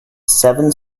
seven